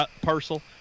parcel